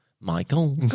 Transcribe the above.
Michael